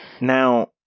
Now